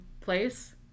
place